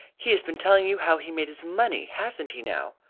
he has been telling you how he made his money. hasn't he, now?